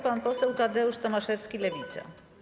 Pan poseł Tadeusz Tomaszewski, Lewica.